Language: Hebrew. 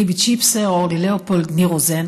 ליבי צ'יפסר, אורלי לאופולד, ניר רוזן.